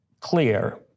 clear